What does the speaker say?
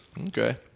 Okay